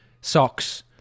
socks